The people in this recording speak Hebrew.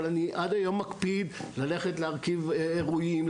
אבל אני עד היום מקפיד ללכת להרכיב עירויים,